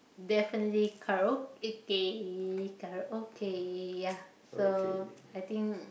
definitely karaoke karaoke ya so I think